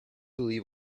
believe